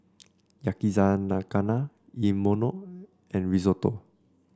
Yakizakana Imoni and Risotto